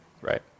Right